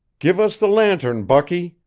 give us the lantern, bucky,